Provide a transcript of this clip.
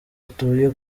atuye